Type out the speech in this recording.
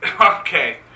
Okay